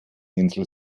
insel